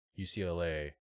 UCLA